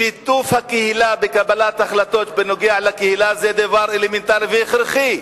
שיתוף הפעולה בקבלת החלטות בנוגע לקהילה זה דבר אלמנטרי והכרחי.